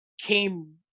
came